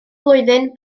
flwyddyn